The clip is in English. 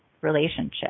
relationship